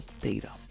data